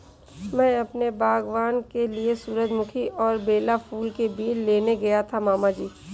मैं अपने बागबान के लिए सूरजमुखी और बेला फूल के बीज लेने गया था मामा जी